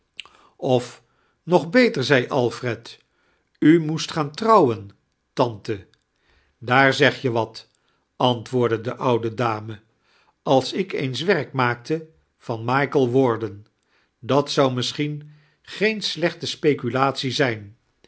of nog beter zed alfred u moeet gaan trouwen tantedaar zeg je wat antwoordde de oude dame als ik eens werk maakte van michael warden dat z'ou misschien geen slechte speculatie zijn